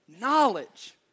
Knowledge